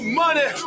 money